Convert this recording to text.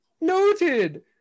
Noted